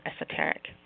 esoteric